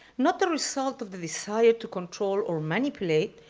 not the result of the desire to control or manipulate,